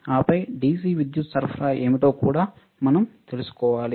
ఆపై DC విద్యుత్ సరఫరా ఏమిటో కూడా మనం తెలుసుకోవాలి